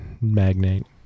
magnate